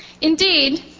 Indeed